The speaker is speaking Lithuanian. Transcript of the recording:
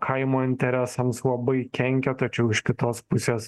kaimo interesams labai kenkia tačiau iš kitos pusės